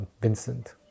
Vincent